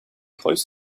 close